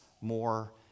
more